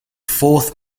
fourth